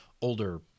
older